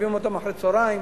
מחזירים אותם אחרי הצהריים,